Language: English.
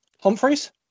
Humphreys